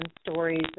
stories